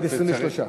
תצרף,